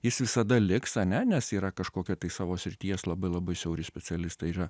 jis visada liks ane nes yra kažkokie savo srities labai labai siauri specialistai ir yra